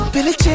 Billy